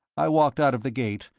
i walked out of the gate,